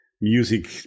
music